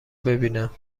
ببینم